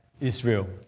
Israel